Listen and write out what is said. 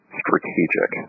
strategic